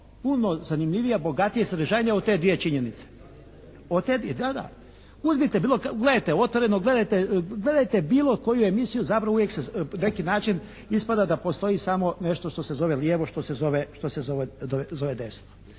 puno zanimljivija, bogatija i sadržajnija od te dvije činjenice. Uzmite, gledajte "Otvoreno", gledajte bilo koju emisiju zapravo uvijek na neki način ispada da postoji samo nešto što se zove lijevo, što se zove desno.